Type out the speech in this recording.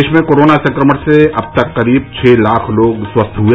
देश में कोरोना संक्रमण से अब तक करीब छह लाख लोग स्वस्थ हुए